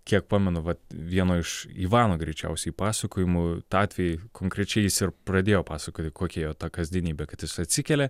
kiek pamenu vat vieno iš ivano greičiausiai pasakojimų tą atvejį konkrečiai jis ir pradėjo pasakoti kokia jo ta kasdienybė kad jis atsikelia